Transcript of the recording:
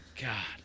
God